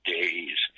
Days